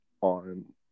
on